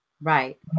right